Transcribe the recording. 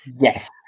Yes